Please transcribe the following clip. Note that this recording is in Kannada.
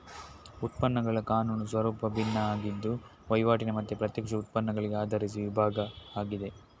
ಉತ್ಪನ್ನಗಳ ಕಾನೂನು ಸ್ವರೂಪ ಭಿನ್ನ ಆಗಿದ್ದು ವೈವಾಟಿನ ಮತ್ತೆ ಪ್ರತ್ಯಕ್ಷ ಉತ್ಪನ್ನಗಳಿಗೆ ಆಧರಿಸಿ ವಿಭಾಗ ಆಗಿದೆ